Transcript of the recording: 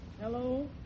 Hello